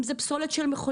אם זה פסולת של מכוניות,